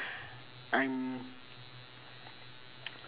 I'm